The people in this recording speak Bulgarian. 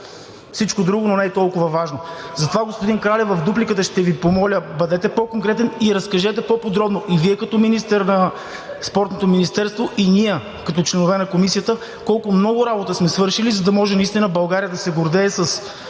всичко друго, но не е толкова важно?! Затова, господин Кралев, в дупликата ще Ви помоля: бъдете по-конкретен и разкажете по-подробно – и Вие, като министър на Спортното министерство, и ние, като членове на Комисията, колко много работа сме свършили, за да може наистина България да се гордее с